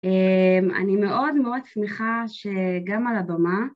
אני מאוד מאוד שמחה שגם על הבמה.